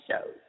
shows